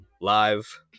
live